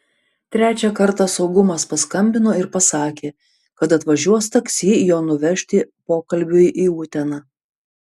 trečią kartą saugumas paskambino ir pasakė kad atvažiuos taksi jo nuvežti pokalbiui į uteną